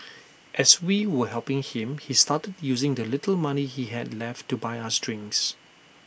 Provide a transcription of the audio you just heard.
as we were helping him he started using the little money he had left to buy us drinks